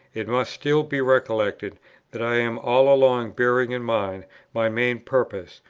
it must still be recollected that i am all along bearing in mind my main purpose,